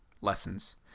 lessons